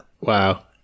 Wow